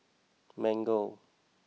Mango